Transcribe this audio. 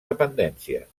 dependències